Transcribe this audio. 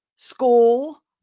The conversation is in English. School